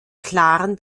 klaren